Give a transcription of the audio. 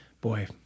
boy